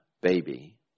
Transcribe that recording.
baby